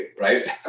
right